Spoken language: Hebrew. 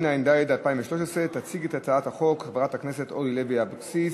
ההצעה לסדר-היום בנושא תאגידי המים והביוב תועבר לדיון בוועדת הכלכלה.